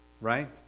right